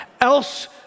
else